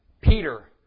Peter